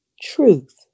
truth